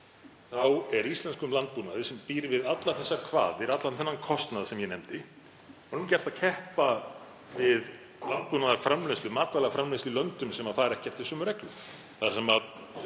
er íslenskum landbúnaði sem býr við allar þessar kvaðir, allan þennan kostnað sem ég nefndi, gert að keppa við landbúnaðarframleiðslu og matvælaframleiðslu í löndum sem fara ekki eftir sömu reglum,